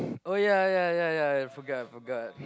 oh ya ya ya ya I forgot I forgot